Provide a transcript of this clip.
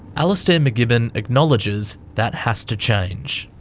alastair macgibbon acknowledges that has to change.